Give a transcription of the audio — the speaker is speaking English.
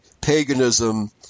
paganism